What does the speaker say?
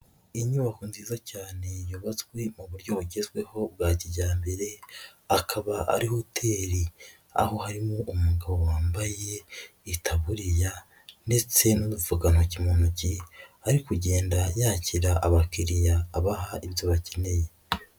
Inyubako nziza cyane yubatswe mu buryo bugezweho bwa kijyambere, akaba ari hoteli, aho harimo umugabo wambaye itaburiya ndetse n'udupfukantoki mu ntoki, ari kugenda yakira abakiriya, abaha ibyo bakeneye.